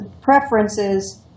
preferences